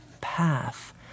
path